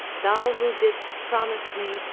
thou who didst promise me,